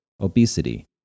obesity